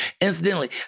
Incidentally